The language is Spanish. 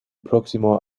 próximo